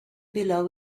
below